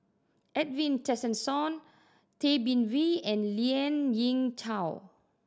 Edwin Tessensohn Tay Bin Wee and Lien Ying Chow